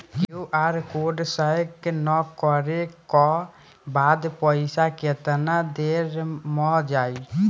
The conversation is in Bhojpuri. क्यू.आर कोड स्कैं न करे क बाद पइसा केतना देर म जाई?